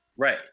Right